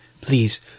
Please